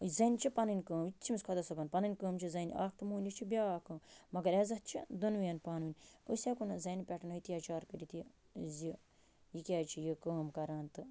زَنٛنہِ چھِ پَنٕنۍ کٲم یِتہِ چھِ أمِس خۄدا صٲبَن پَنٕنۍ کٲم چھِ زَنٛنہِ اَکھ تہٕ مٔہٕنِوِس چھِ بیاکھ کٲم مگر عزت چھِ دۄنوٕنی پانہٕ وٕنۍ أسۍ ہٮ۪کَو نہٕ زَنٛنہِ پٮ۪ٹھ ہتھیاچار کٔرِتھ یہِ زِ یہِ کیٛازِ چھِ یہِ کٲم کران تہِ